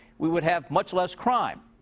we would have much less crime.